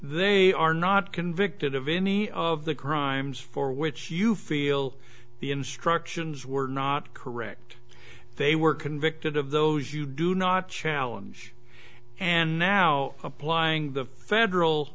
they are not convicted of any of the crimes for which you feel the instructions were not correct they were convicted of those you do not challenge and now applying the federal